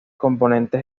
componentes